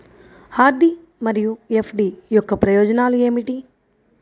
RD మరియు FD యొక్క ప్రయోజనాలు ఏమిటి?